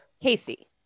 Casey